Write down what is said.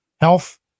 health